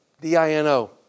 D-I-N-O